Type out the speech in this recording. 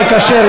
המקשר,